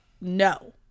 no